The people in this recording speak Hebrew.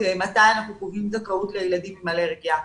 מתי אנחנו קובעים זכאות לילדים עם אלרגיה.